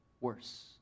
worse